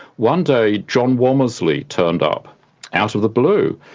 one day john womersley turned up out of the blue.